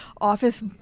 office